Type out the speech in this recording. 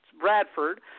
Bradford